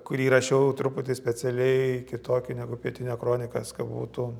kurį rašiau truputį specialiai kitokį negu pietinia kronikas ka būtų